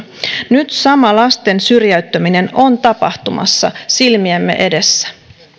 nyt sama lasten syrjäyttäminen on tapahtumassa silmiemme edessä